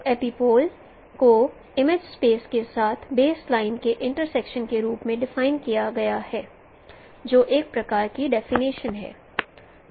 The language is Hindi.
तो एपिपोल को इमेज स्पेस के साथ बेसलाइन के इंटर्सेक्शन के रूप में डिफाइन किया गया है जो एक प्रकार की डेफिनेशन है